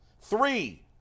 Three